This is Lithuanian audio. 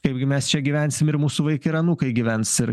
kaipgi mes čia gyvensim ir mūsų vaikai ir anūkai gyvens ir